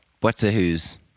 what's-a-whos